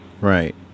Right